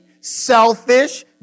selfish